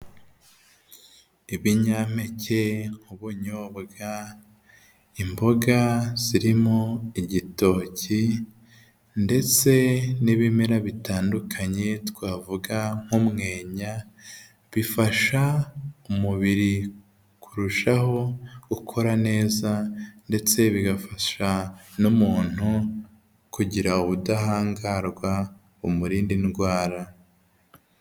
Ibinyampeke nk'ubunyobwa, imboga zirimo igitoki, ndetse n'ibimera bitandukanye twavuga nk'umwenya, bifasha umubiri kurushaho gukora neza ndetse bigafasha n'umuntu kugira ubudahangarwa umurinda ndwara.